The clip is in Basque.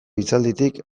hitzalditik